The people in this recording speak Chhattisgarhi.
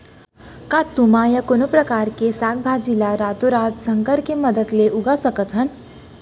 का तुमा या कोनो परकार के साग भाजी ला रातोरात संकर के मदद ले उगा सकथन?